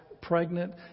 pregnant